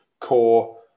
core